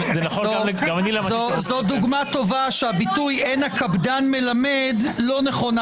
זו דוגמה טובה שהביטוי "אין הקפדן מלמד" לא תמיד נכונה,